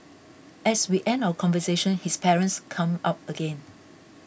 as we end our conversation his parents come up again